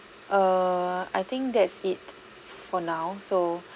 err I think that's it for now so